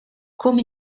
come